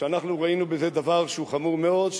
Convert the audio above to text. שאנחנו ראינו בה דבר שהוא חמור מאוד,